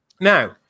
Now